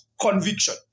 conviction